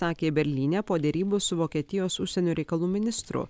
sakė berlyne po derybų su vokietijos užsienio reikalų ministru